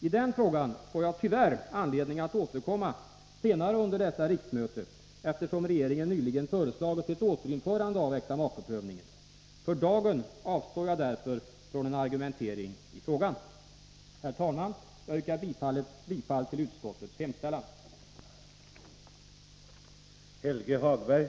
I den frågan får jag tyvärr anledning att återkomma senare under detta riksmöte, eftersom regeringen nyligen föreslagit ett återinförande av äktamakeprövningen. För dagen avstår jag därför från en argumentering i frågan. Herr talman! Jag yrkar bifall till utskottets hemställan.